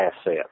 asset